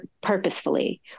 purposefully